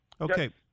Okay